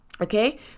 Okay